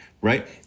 right